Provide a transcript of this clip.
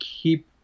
keep